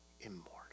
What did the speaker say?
Immortal